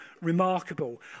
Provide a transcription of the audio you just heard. remarkable